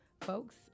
folks